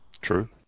True